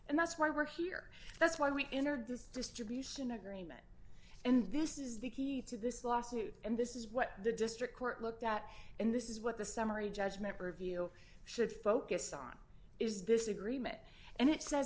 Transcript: and that's why we're here that's why we entered this distribution agreement and this is the key to this lawsuit and this is what the district court looked at in this is what the summary judgment review should focus on is this agreement and it sa